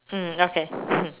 mm okay